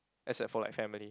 except for like family